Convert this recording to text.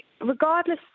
regardless